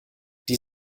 die